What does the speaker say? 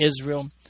Israel